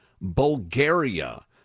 Bulgaria